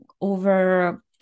over